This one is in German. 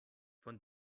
von